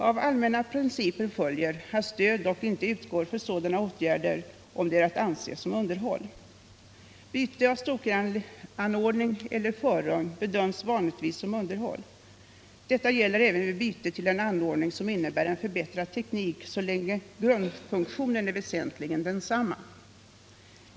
Av allmänna principer följer att stöd dock inte utgår för sådana åtgärder om de är att anse som underhåll. Byte av stokeranordning eller förugn bedöms vanligtvis som underhåll. Detta gäller även vid byte till en anordning som innebär en förbättrad teknik så länge grundfunktionen är väsentligen densamma.